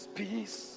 peace